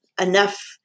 enough